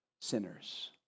sinners